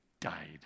died